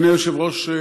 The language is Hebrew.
אדוני היושב-ראש,